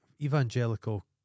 evangelical